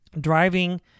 driving